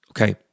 Okay